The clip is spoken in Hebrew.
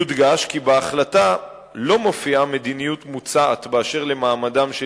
יודגש כי בהחלטה לא מופיעה מדיניות מוצעת באשר למעמדם של